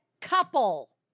couple